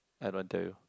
I don't want tell you